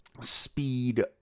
speed